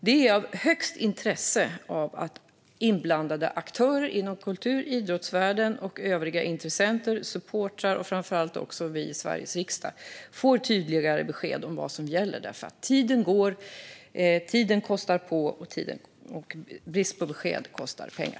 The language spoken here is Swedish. Det är av högsta intresse att inblandade aktörer inom kultur och idrottsvärlden och övriga intressenter, supportrar och framför allt också vi i Sveriges riksdag får tydligare besked om vad som gäller, för tiden går, och tid och brist på besked kostar pengar.